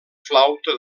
flauta